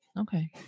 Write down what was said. okay